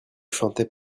chantait